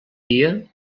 dia